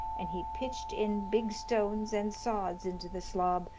and he pitched in big stones and sods into the slob,